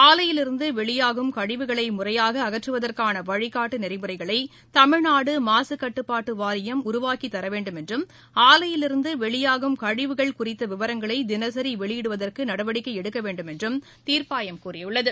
ஆலையிலிருந்து வெளியாகும் கழிவுகளை முறையாக அகற்றுவதற்கான வழிகாட்டு நெறிமுறைகளை தமிழ்நாடு மாசுக்கட்டுப்பாட்டு வாரியம் உருவாக்கித்தரவேண்டும் என்றும் ஆலையிலிருந்து வெளியாகும் கழிவுகள் குறித்த விவரங்களை தினசரி வெளியிடுவதற்கு நடவடிக்கை எடுக்கவேண்டும் என்றும் தீர்ப்பாயம் கூறியுள்ளது